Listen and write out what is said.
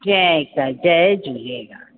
जय क जय झूलेलाल